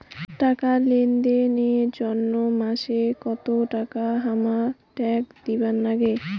টাকা লেনদেন এর জইন্যে মাসে কত টাকা হামাক ট্যাক্স দিবার নাগে?